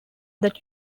that